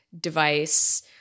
device